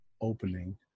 opening